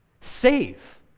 save